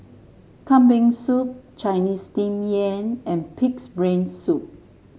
Kambing Soup Chinese Steamed Yam and pig's brain soup